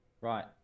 right